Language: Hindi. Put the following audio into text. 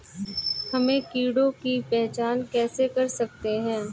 हम कीटों की पहचान कैसे कर सकते हैं?